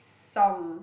song